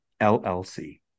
LLC